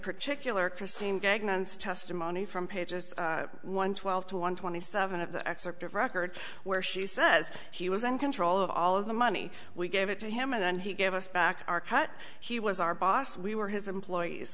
man's testimony from pages one twelve to one twenty seven of the excerpt of record where she says he was in control of all of the money we gave it to him and then he gave us back our cut he was our boss we were his employees